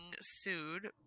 sued